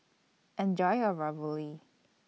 Enjoy your Ravioli